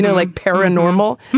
like paranormal.